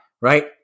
right